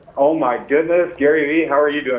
oh my goodness! garyvee, how are you doing,